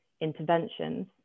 interventions